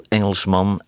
Engelsman